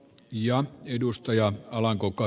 jan edustaja alan koko